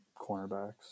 cornerbacks